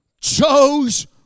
chose